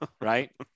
right